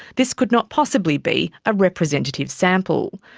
this could not possibly be a representative sample.